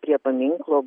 prie paminklo